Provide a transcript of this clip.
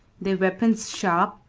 their weapons sharp,